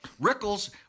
Rickles